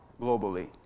globally